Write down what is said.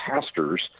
pastors